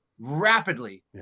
rapidly